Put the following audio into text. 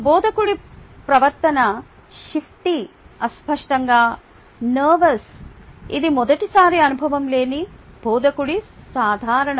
బోధకుడి ప్రవర్తన - షిఫ్టీ అస్పష్టంగా నర్వస్ ఇది మొదటిసారి అనుభవం లేని బోధకుడికి సాధారణం